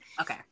okay